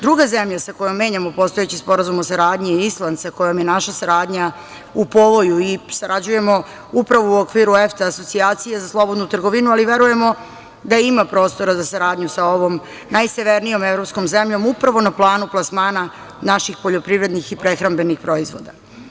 Druga zemlja sa kojom menjamo postojeći sporazum o saradnji je Island sa kojom je naša saradnja u povoju i sarađujemo upravo u okviru EFTA asocijacije za slobodnu trgovinu, ali verujemo da ima prostora za saradnju sa ovom najsevernijom evropskom zemljom upravo na planu plasmana naših poljoprivrednih i prehrambenih proizvoda.